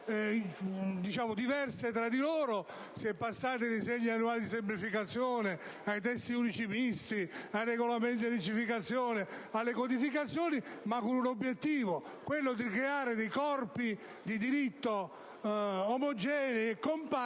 diverse tra di loro. Si è passati dai disegni annuali di semplificazione ai testi unici misti, ai regolamenti di delegificazione, alle codificazioni, ma con il solo obiettivo di creare corpi di diritto omogenei e compatti